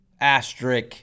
Asterisk